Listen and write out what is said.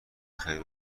خیر